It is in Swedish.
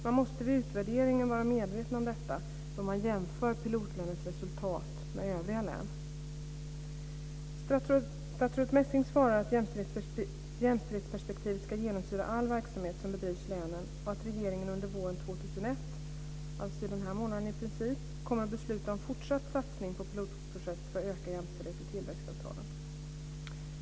Man måste vid utvärderingen vara medveten om detta då man jämför pilotlänens resultat med övriga län. Statsrådet Messing svarar att jämställdhetsperspektivet ska genomsyra all verksamhet som bedrivs i länen och att regeringen under våren 2001, alltså i princip den här månaden, kommer att besluta om fortsatt satsning på pilotprojekt för ökad jämställdhet i tillväxtavtalen.